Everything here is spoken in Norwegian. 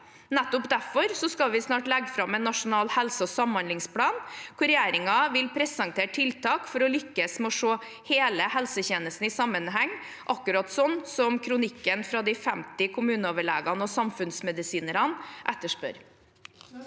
Nettopp derfor skal vi snart legge fram en nasjonal helse- og samhandlingsplan, hvor regjeringen vil presentere tiltak for å lykkes med å se hele helsetjenesten i sammenheng, akkurat sånn som kronikken fra de 50 kommuneoverlegene og samfunnsmedisinerne etterspør.